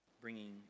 bringing